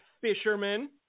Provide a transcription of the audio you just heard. fisherman